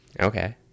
Okay